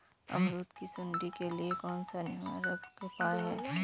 अमरूद की सुंडी के लिए कौन सा निवारक उपाय है?